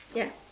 ya